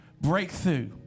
Breakthrough